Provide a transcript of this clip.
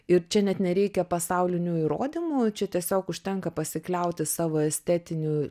ir čia net nereikia pasaulinių įrodymų čia tiesiog užtenka pasikliauti savo estetiniu